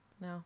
no